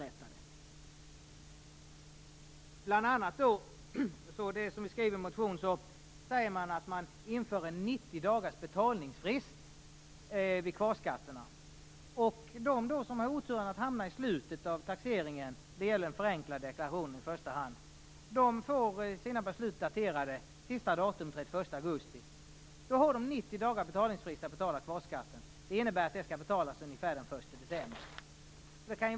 Det gäller bl.a. det som vi skriver om i en motion, alltså att man inför en betalningsfrist på 90 dagar för kvarskatterna. De som då har oturen att hamna i slutet av taxeringen, det gäller i första hand den förenklade deklarationen, får sina beslut daterade sista datumet, den 31 augusti. Då har de 90 dagars betalningsfrist för att betala kvarskatten. Det innebär att den skall betalas ungefär den 1 december.